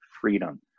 freedom